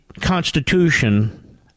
Constitution